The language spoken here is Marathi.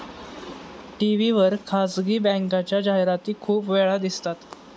टी.व्ही वर खासगी बँकेच्या जाहिराती खूप वेळा दिसतात